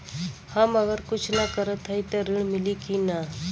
हम अगर कुछ न करत हई त ऋण मिली कि ना?